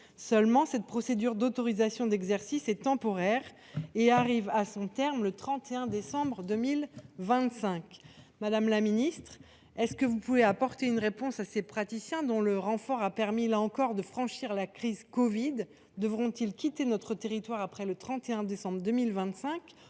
Seulement, cette procédure d’autorisation d’exercice n’est que temporaire : elle arrive à son terme le 31 décembre 2025. Madame la ministre, pouvez vous apporter une réponse à ces praticiens dont le renfort a permis de surmonter la crise de la covid ? Devront ils quitter notre territoire après le 31 décembre 2025